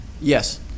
Yes